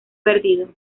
perdido